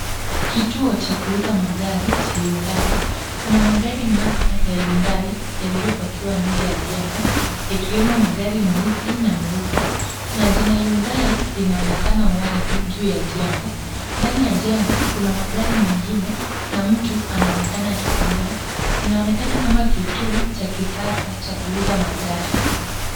Kituo cha kuuza magari za Hyundai , kuna magari mapya ya hyundai yaliyopakiwa nje ya jengo yakiwemo magari meusi na meupe, na jina Hyundai linaonekana wazi juu ya jengo, ndani ya jengo kuna magari mengine na mtu anaonekana akitembea, inaonekana kama kituo cha kisasa cha kuuza magari.